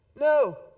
No